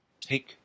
Take